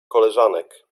koleżanek